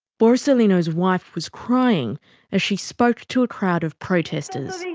borsellino's wife was crying as she spoke to a crowd of protesters.